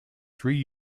three